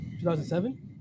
2007